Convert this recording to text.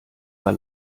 war